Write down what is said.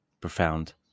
profound